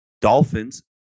Dolphins